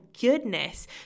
goodness